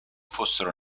fossero